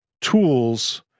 tools